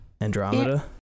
andromeda